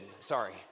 Sorry